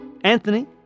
Anthony